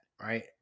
Right